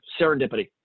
serendipity